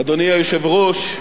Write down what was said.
אדוני היושב-ראש,